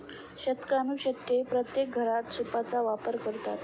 शतकानुशतके प्रत्येक घरात सूपचा वापर करतात